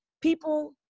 people